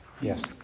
Yes